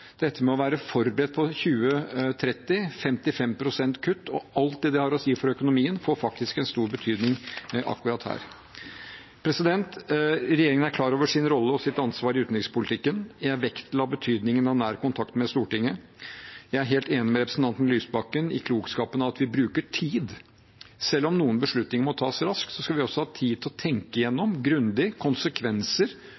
med å være forberedt på 55 pst. kutt i 2030 – og alt det har å si for økonomien – får faktisk en stor betydning akkurat her. Regjeringen er klar over sin rolle og sitt ansvar i utenrikspolitikken. Jeg vektla betydningen av nær kontakt med Stortinget. Jeg er helt enig med representanten Lysbakken i klokskapen i at vi bruker tid. Selv om noen beslutninger må tas raskt, skal vi også ha tid til å tenke